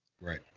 Right